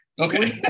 Okay